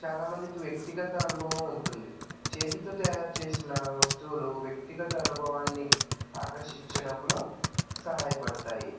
చాలామందికి వ్యక్తిగత అనుభవం ఉంటుంది చేతితో తయారుచేసిన వస్తువులు వ్యక్తిగత అనుభవాన్ని ఆకర్షించడంలో సహాయపడతాయి